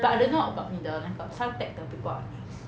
but I didn't know about 你的那个 suntec the people are nice